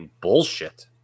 bullshit